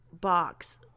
box